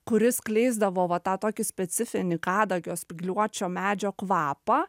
kuri skleisdavo va tą tokį specifinį kadagio spygliuočio medžio kvapą